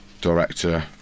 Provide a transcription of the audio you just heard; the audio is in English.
director